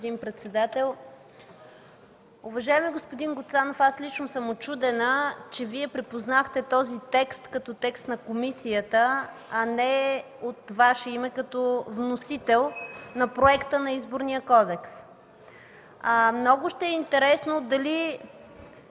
Благодаря, господин председател. Уважаеми господин Гуцанов, аз лично съм учудена, че Вие припознахте този текст като текст на комисията, а не като Ваш, от Ваше име, като вносител на Проекта на Изборния кодекс. Много ще е интересно дали